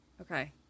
okay